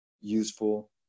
useful